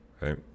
right